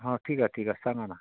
हा ठीक आहे ठीक आहे सांगा ना